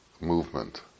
movement